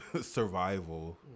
survival